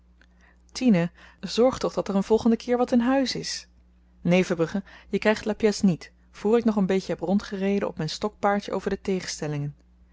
tine zorg toch dat er een volgenden keer wat in huis is neen verbrugge je krygt la pièce niet voor ik nog een beetje heb rondgereden op myn stokpaardje over de tegenstellingen